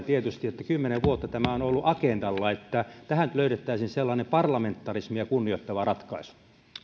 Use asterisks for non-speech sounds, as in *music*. *unintelligible* tietysti kymmenen vuotta tämä on nyt ollut agendalla ja tähän pitäisi löytää sellainen parlamentarismia kunnioittava ratkaisu